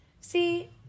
see